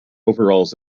overalls